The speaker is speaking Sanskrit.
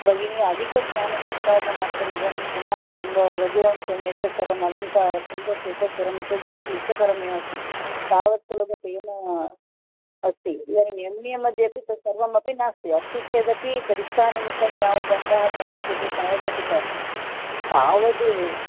भगिनि अधिकं ज्ञानसम्पादनार्थम् इदानीं कुमारसम्भवं रघुवंशम् एतत्सर्वम् अलङ्कारः छन्दस् एतत् सर्वं तु बहु क्लिष्टकरमेव अस्ति तावत् सुलभतेन अस्ति इदानीं एम् ए मध्येपि तत्सर्वमपि नास्ति अस्ति चेदपि परीक्षानिमित्तं यावदङ्काः प्राप्तुं शक्यते तावत् पठितम् तावत्